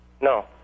No